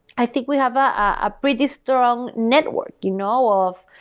i think we have a pretty strong network you know of